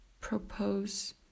propose